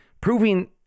proving